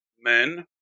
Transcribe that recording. men